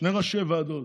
שני יושבי-ראש ועדות.